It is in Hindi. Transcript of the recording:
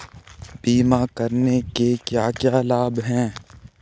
बीमा करने के क्या क्या लाभ हैं?